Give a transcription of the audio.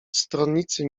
stronnicy